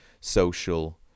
social